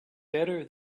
better